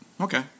okay